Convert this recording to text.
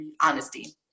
honesty